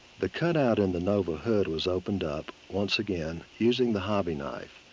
the cut out in the nova hood was opened up once again using the hobby knife.